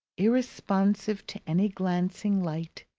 irresponsive to any glancing light,